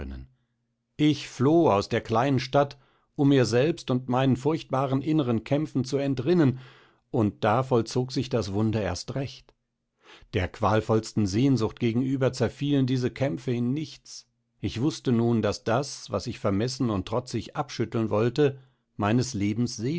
ich floh aus der kleinen stadt um mir selbst und meinen furchtbaren inneren kämpfen zu entrinnen und da vollzog sich das wunder erst recht der qualvollsten sehnsucht gegenüber zerfielen diese kämpfe in nichts ich wußte nun daß das was ich vermessen und trotzig abschütteln wollte meines lebens